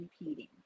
repeating